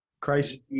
Christ